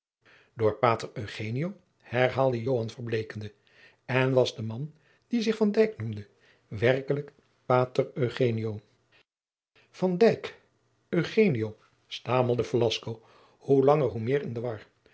eugenio herhaalde joan verbleekende en was de man die zich van dyk noemde werkelijk pater eugenio van dyk eugenio stamelde velasco hoe langer hoe meer in de war